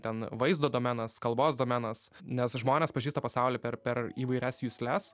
ten vaizdo domenas kalbos domenas nes žmonės pažįsta pasaulį per per įvairias jusles